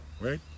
right